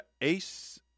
Ace